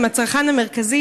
אם הצרכן המרכזי,